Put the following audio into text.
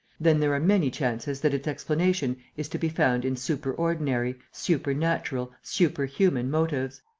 then there are many chances that its explanation is to be found in superordinary, supernatural, superhuman motives.